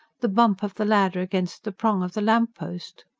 the bump of the ladder against the prong of the lamp-post.